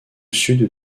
sud